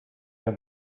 der